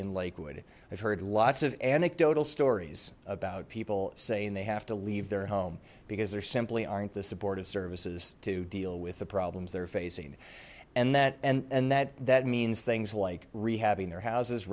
in lakewood i've heard lots of anecdotal stories about people saying they have to leave their home because there simply aren't the supportive services to deal with the problems they're facing and that and and that that means things like rehabbing their houses